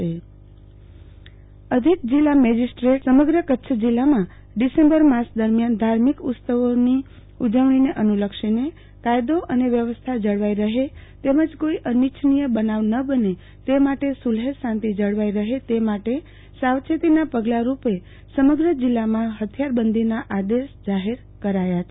આરતીબેન ભદ્દ જિલ્લામાં હથિયારબંધી અધિક જિલ્લા મેજિસ્ટ્રેટે શ્રી એ સમગ્ર કચ્છ જિલ્લામાં ડિસેમ્બર માસ દરમ્યાન ધાર્મિક ઉત્સવોની ઉજવણીને અનુલક્ષીને કાયદો અને વ્યવસ્થા જળવાઇ રહે તેમજ કોઇ અનિચ્છનીય બનાવ ન બને તે માટે સુલેહ્મશાંતિ જળવાઇ રહે તે માટે સાવચેતીના પગલાંરૂપે સમગ્ર જિલ્લામાં હથિયારબંધીના આદેશ જાહેર કરાયા છે